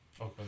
Okay